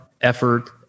effort